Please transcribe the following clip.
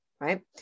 Right